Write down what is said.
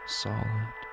solid